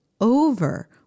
over